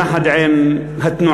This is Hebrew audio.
יחד עם התנועה,